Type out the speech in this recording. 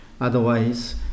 Otherwise